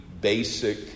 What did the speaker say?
basic